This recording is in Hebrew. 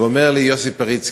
ואומר לי יוסי פריצקי: